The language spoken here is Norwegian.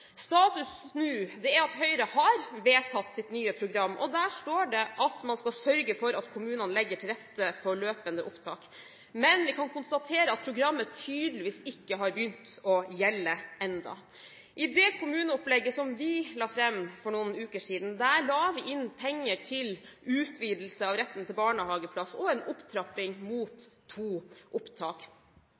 Status nå er at Høyre har vedtatt sitt nye program, og der står det at man skal sørge for at kommunene legger til rette for løpende opptak. Men vi kan konstatere at programmet tydeligvis ikke har begynt å gjelde ennå. I det kommuneopplegget som vi la fram for noen uker siden, la vi inn penger til utvidelse av retten til barnehageplass og en opptrapping mot to opptak.